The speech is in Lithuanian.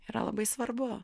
yra labai svarbu